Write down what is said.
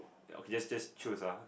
okay just just choose lah